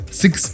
six